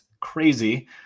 crazy